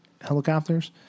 helicopters